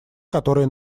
которые